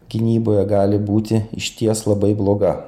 gynyboje gali būti išties labai bloga